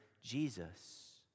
Jesus